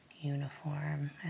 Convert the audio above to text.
uniform